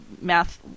Math